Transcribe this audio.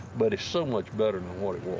but it's so much better than